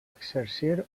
exercir